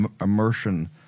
immersion